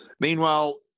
Meanwhile